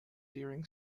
during